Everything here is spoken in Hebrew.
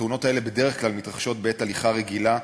התאונות האלה בדרך כלל מתרחשות בעת הליכה רגילה,